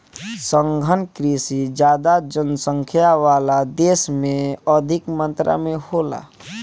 सघन कृषि ज्यादा जनसंख्या वाला देश में अधिक मात्रा में होला